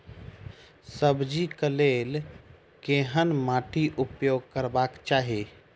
सब्जी कऽ लेल केहन माटि उपयोग करबाक चाहि?